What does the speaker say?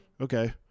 Okay